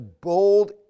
bold